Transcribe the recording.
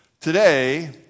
today